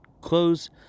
close